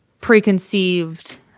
preconceived